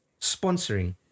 sponsoring